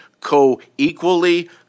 co-equally